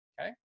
Okay